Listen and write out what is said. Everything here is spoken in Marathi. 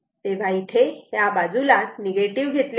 तर इथे हे या बाजूला निगेटिव्ह घेतले आहे